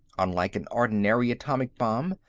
unlike an ordinary atomic bomb,